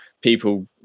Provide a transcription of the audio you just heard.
people